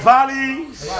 Valleys